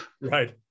Right